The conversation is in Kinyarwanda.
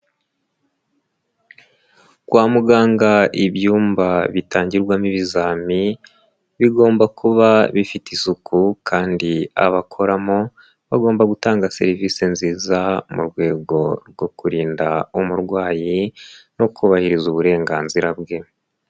Kwa muganga ibyumba bitangirwamo ibizami, bigomba kuba bifite isuku kandi abakoramo bagomba gutanga serivise nziza mu rwego rwo kurinda umurwayi no kubahiriza uburenganzira bwe.